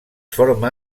forma